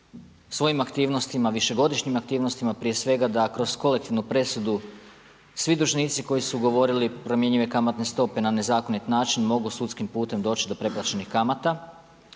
svojim aktivnostima, višegodišnjim aktivnostima prije svega da kroz kolektivnu presudu svi dužnici koji su govorili promjenjive kamatne stope na nezakonit način mogu sudskim putem doći do preplaćenih kamata.